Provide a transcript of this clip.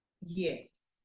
Yes